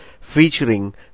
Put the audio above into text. featuring